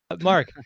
Mark